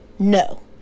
No